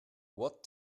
what